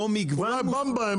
אולי במבה,